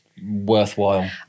Worthwhile